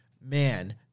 man